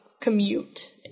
commute